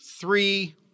three